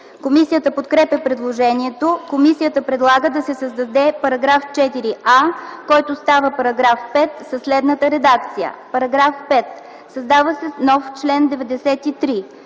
Комисията подкрепя предложението. Комисията предлага да се създаде § 4а, който става § 5 със следната редакция: „§ 5. Създава се нов чл. 93: